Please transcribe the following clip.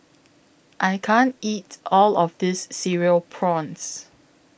I can't eat All of This Cereal Prawns